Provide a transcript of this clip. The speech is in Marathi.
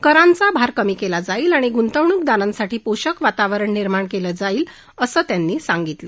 करारांचा भार कमी केला जाईल आणि गुंतवणूकदारांसाठी पोषक वातावरण निर्माण केलं जाईल असं त्यांनी सांगितलं